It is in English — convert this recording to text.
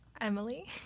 Emily